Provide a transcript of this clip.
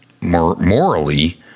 Morally